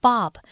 Bob